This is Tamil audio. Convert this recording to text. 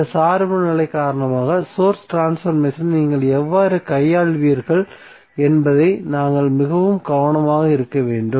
இந்த சார்புநிலை காரணமாக சோர்ஸ் ட்ரான்ஸ்பர்மேசனை நீங்கள் எவ்வாறு கையாள்வீர்கள் என்பதில் நாங்கள் மிகவும் கவனமாக இருக்க வேண்டும்